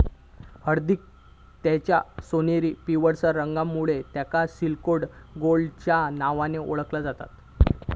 हळदीक तिच्या सोनेरी पिवळसर रंगामुळे तिका सॉलिड गोल्डच्या नावान ओळखला जाता